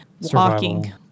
walking